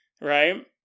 Right